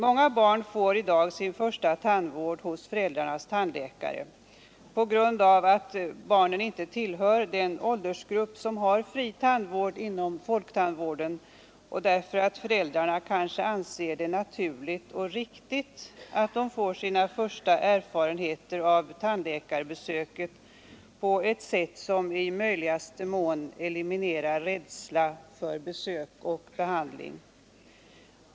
Många barn får i dag sin första tandvård hos föräldrarnas tandläkare på grund av att de inte tillhör den åldersgrupp som har fri tandvård inom folktandvården och därför att föräldrarna kanske anser det naturligt och riktigt att barnen får sina första erfarenheter av tandläkarbesöket på ett sätt som i möjligaste mån eliminerar rädsla för besök och behandling.